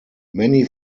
many